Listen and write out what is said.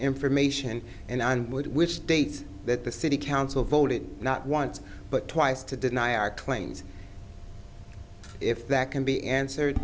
information and i would wish state that the city council voted not once but twice to deny our claims if that can be answered